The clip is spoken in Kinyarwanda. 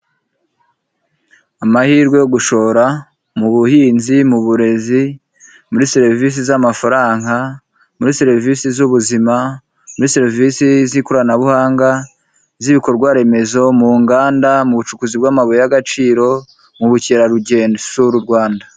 Amahirwe yo gushora mu buhinzi, mu burezi, muri serivisi z'amafaranga, muri serivisi z'ubuzima, muri serivisi z'ikoranabuhanga, z'ibikorwaremezo, mu nganda, mu bucukuzi bw'amabuye y'agaciro, mu bukerarugendo sura u Rwanda.